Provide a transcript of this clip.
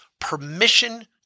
permission